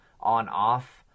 on-off